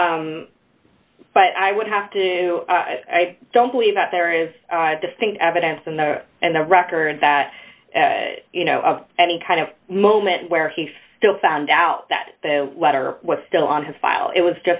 but i would have to i don't believe that there is a distinct evidence and the record that you know of any kind of moment where he still found out that the letter was still on his file it was